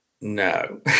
No